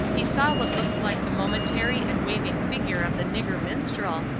he saw what looked like the momentary and waving figure of the nigger minstrel,